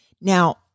Now